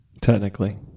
technically